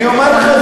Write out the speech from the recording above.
אני אומר לך,